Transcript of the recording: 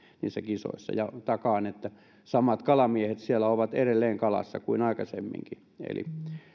niissä kisoissa ja takaan että samat kalamiehet siellä ovat edelleen kalassa kuin aikaisemminkin eli